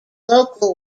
local